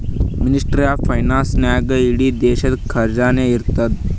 ministry of finance ನಾಗೇ ಇಡೀ ದೇಶದು ಖಜಾನಾ ಇರ್ತುದ್